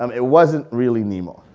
um it wasn't really nemo.